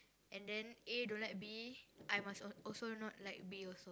and then A don't like B I must al~ also not like B also